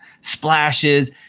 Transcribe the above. splashes